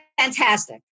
fantastic